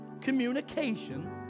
communication